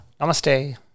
Namaste